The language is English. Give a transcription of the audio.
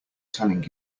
telling